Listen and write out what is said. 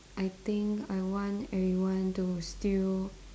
I think I want everyone to still